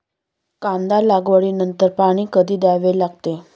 कांदा लागवडी नंतर पाणी कधी द्यावे लागते?